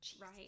right